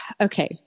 okay